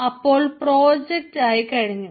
അപ്പോൾ പ്രൊജക്റ്റ് ആയി കഴിഞ്ഞു